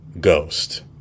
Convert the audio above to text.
Ghost